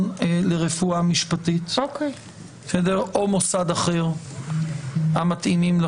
לרפואה משפטית או מוסד אחר המתאימים".